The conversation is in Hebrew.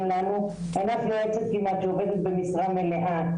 לנו אין אף יועצת כמעט שעובדת במשרה מלאה,